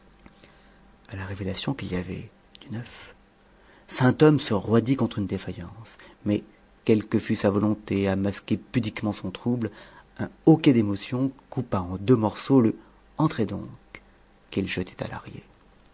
à la révélation qu'il y avait du neuf sainthomme se roidit contre une défaillance mais quelque fût sa volonté à masquer pudiquement son trouble un hoquet d'émotion coupa en deux morceaux le entrez donc qu'il jetait